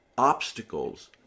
obstacles